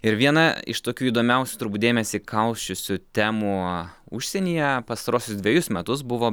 ir viena iš tokių įdomiausių turbūt dėmesį kausčiusių temų užsienyje pastaruosius dvejus metus buvo